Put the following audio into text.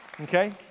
okay